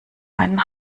einen